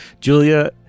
Julia